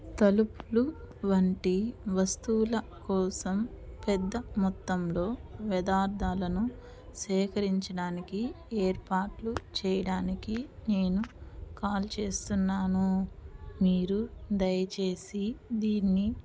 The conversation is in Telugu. తలుపులు వంటి వస్తువుల కోసం పెద్ద మొత్తంలో వ్యర్దాలను సేకరించడానికి ఏర్పాట్లు చెయ్యడానికి నేను కాల్ చేస్తున్నాను మీరు దయచేసి దీన్ని